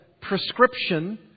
prescription